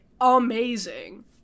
amazing